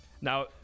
Now